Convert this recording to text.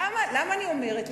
למה אני אומרת את זה?